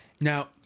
now